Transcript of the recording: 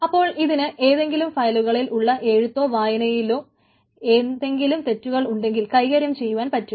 അപ്പോൾ ഇതിന് ഏതെങ്കിലും ഫയലുകളിൽ ഉളള എഴുത്തോ വായനയിലോ എന്തെങ്കിലും തെറ്റുകൾ ഉണ്ടെങ്കിൽ കൈകാര്യം ചെയ്യുവാൻ പറ്റും